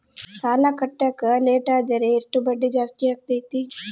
ಸಾಲ ಕಟ್ಟಾಕ ಲೇಟಾದರೆ ಎಷ್ಟು ಬಡ್ಡಿ ಜಾಸ್ತಿ ಆಗ್ತೈತಿ?